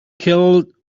killed